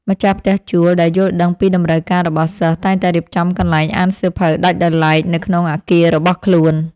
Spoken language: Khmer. ម្ចាស់ផ្ទះជួលដែលយល់ដឹងពីតម្រូវការរបស់សិស្សតែងតែរៀបចំកន្លែងអានសៀវភៅដាច់ដោយឡែកនៅក្នុងអគាររបស់ខ្លួន។